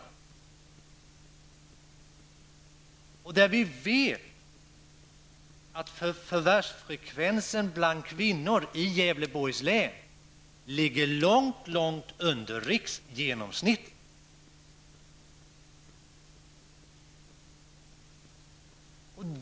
Vi vet att förvärvsfrekvensen bland kvinnor i Gävleborgs län ligger långt under riksgenomsnittet.